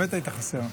באמת היית חסר.